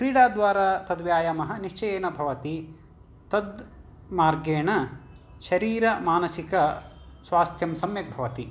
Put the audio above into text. क्रीडाद्वारा तद्व्यायामः निश्चयेन भवति तद् मार्गेण शरीरमानसिकस्वास्थ्यं सम्यक् भवति